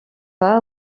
pas